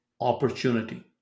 opportunity